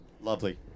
Lovely